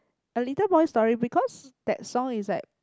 a little boy's story because that song is like